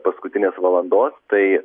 paskutinės valandos tai